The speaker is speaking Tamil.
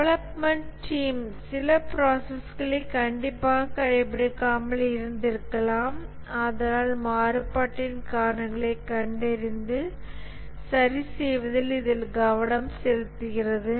டெவலப்மென்ட் டீம் சில ப்ராசஸ்களை கண்டிப்பாக கடைப்பிடிக்காமல் இருந்திருக்கலாம் ஆதலால் மாறுபாட்டின் காரணங்களை கண்டறிந்து சரி செய்வதில் இது கவனம் செலுத்துகிறது